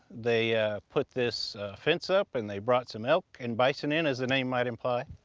they put this fence up and they brought some elk and bison in, as the name might imply.